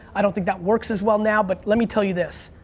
i don't think that works as well now, but let me tell you this.